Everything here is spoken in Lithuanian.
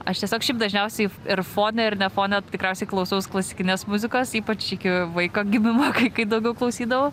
aš tiesiog šiaip dažniausiai ir fone ir ne fone tikriausiai klausaus klasikinės muzikos ypač iki vaiko gimimo kai kai daugiau klausydavau